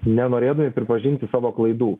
nenorėdami pripažinti savo klaidų